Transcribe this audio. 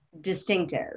distinctive